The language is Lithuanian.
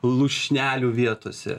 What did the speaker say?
lūšnelių vietose